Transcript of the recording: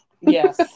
Yes